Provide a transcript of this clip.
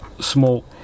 small